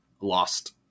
lost